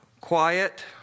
quiet